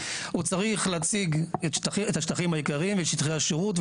צריך להציג את השטחים העיקריים ואת שטחי השירות,